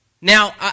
Now